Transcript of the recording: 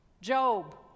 Job